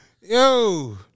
Yo